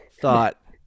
thought